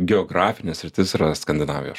geografinė sritis yra skandinavijos